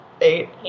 eight